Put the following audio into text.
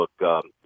look